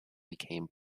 became